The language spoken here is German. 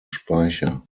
speicher